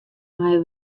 meie